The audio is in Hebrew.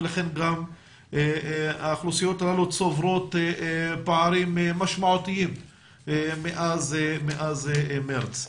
ולכן גם האוכלוסיות הללו צוברות פערים משמעותיים מאז מרץ.